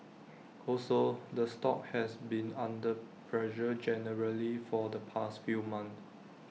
also the stock has been under pressure generally for the past few months